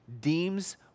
deems